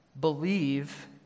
believe